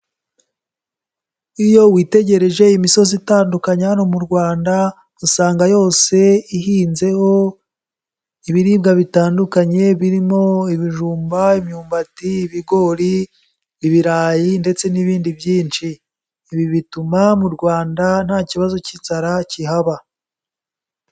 Iyo witegereje imisozi itandukanye hano mu Rwanda usanga yose ihinzeho ibiribwa bitandukanye birimo ibijumba, imyumbati, ibigori, ibirayi ndetse n'ibindi byinshi, ibi bituma mu Rwanda nta kibazo cy'inzara kihaba.